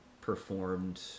performed